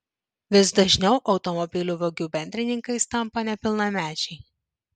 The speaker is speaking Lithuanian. vis dažniau automobilių vagių bendrininkais tampa nepilnamečiai